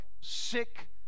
sick